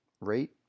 rate